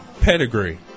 Pedigree